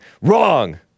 wrong